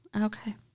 Okay